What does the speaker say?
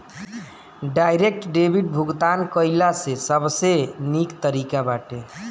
direct debit भुगतान कइला से सबसे निक तरीका बाटे